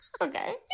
okay